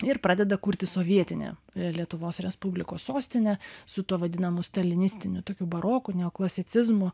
ir pradeda kurti sovietinę lietuvos respublikos sostinę su tuo vadinamu stalinistiniu tokiu baroku neoklasicizmu